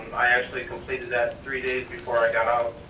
i actually completed that three days before i got out.